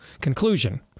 conclusion